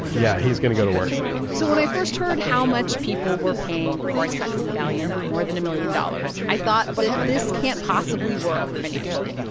yeah, he's going to go to work so when i first heard how much people were paying for a taxi medallion more than a million dollars i thought that this can't possibly work financially.